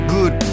Good